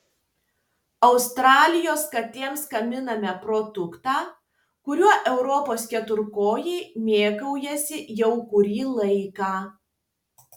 australijos katėms gaminame produktą kuriuo europos keturkojai mėgaujasi jau kurį laiką